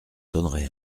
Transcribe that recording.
donnerai